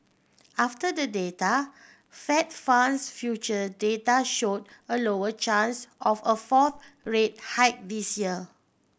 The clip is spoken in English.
after the data Fed funds future data showed a lower chance of a fourth rate hike this year